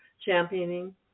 championing